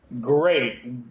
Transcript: Great